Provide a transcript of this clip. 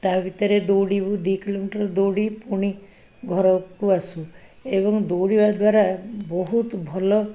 ତା ଭିତରେ ଦୌଡ଼ିବୁ ଦି କିଲୋମିଟର ଦୌଡ଼ି ପୁଣି ଘରକୁ ଆସୁ ଏବଂ ଦୌଡ଼ିବା ଦ୍ୱାରା ବହୁତ ଭଲ